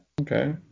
Okay